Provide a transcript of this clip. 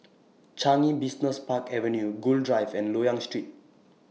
Changi Business Park Avenue Gul Drive and Loyang Street